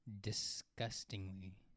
Disgustingly